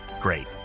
Great